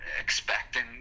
Expecting